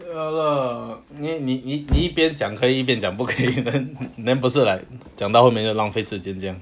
ya lah 你你你一边讲可以一边讲不可以 then then 不是 like 讲到没有浪费时间这样